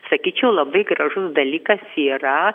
sakyčiau labai gražus dalykas yra